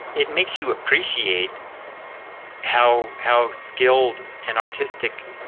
it makes you appreciate how how skilled and artistic